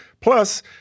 Plus